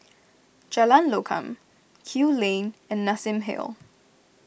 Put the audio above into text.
Jalan Lokam Kew Lane and Nassim Hill